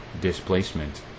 displacement